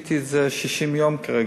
עשיתי את זה לפני 60 יום, כרגע,